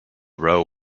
row